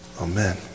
Amen